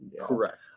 Correct